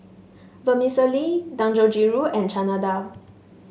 Vermicelli Dangojiru and Chana Dal